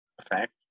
effect